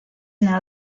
now